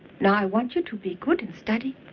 now, i want you to be good and study.